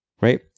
right